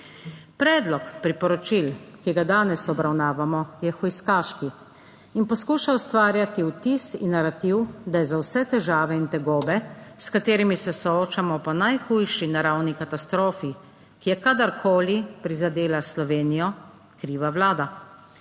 Predlog priporočil, ki ga danes obravnavamo, je hujskaški in poskuša ustvarjati vtis in narativ, da je za vse težave in tegobe, s katerimi se soočamo po najhujši naravni katastrofi, ki je kadarkoli prizadela Slovenijo, kriva Vlada.